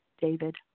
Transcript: David